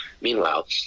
Meanwhile